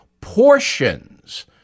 portions